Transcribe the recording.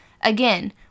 Again